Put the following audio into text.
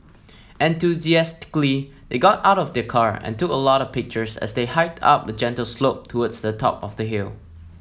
enthusiastically they got out of the car and took a lot of pictures as they hiked up a gentle slope towards the top of the hill